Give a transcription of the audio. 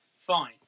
fine